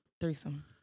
threesome